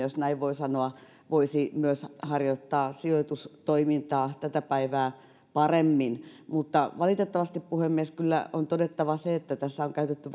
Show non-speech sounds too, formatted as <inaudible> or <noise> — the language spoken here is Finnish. <unintelligible> jos näin voi sanoa voisi harjoittaa sijoitustoimintaa tätä päivää paremmin mutta valitettavasti puhemies kyllä on todettava se että tässä on käytetty <unintelligible>